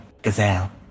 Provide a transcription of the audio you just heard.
Gazelle